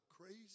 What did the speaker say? crazy